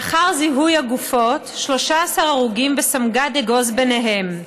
לאחר זיהוי הגופות, 13 הרוגים וסמג"ד אגוז ביניהם,